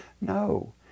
no